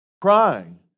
Crying